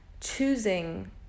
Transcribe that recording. choosing